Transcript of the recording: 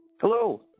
Hello